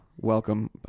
welcome